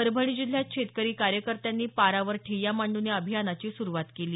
परभणी जिल्ह्यात शेतकरी कार्यकर्त्यांनी पारावर ठिय्या मांडून या अभियानाची सुरुवात केली